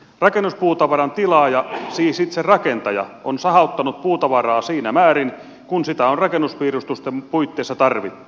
rakennuspuutavaran tilaaja siis itse rakentaja on sahauttanut puutavaraa siinä määrin kuin sitä on rakennuspiirustusten puitteissa tarvittu